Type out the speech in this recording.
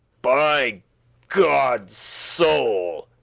by godde's soul,